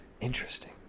Interesting